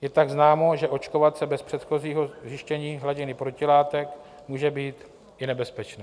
Je tak známo, že očkovat se bez předchozího zjištění hladiny protilátek může být i nebezpečné.